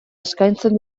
eskaitzen